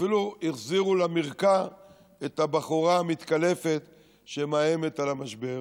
אפילו החזירו למרקע את הבחורה המתקלפת שמאיימת במשבר,